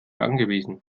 angewiesen